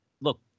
look